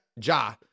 Ja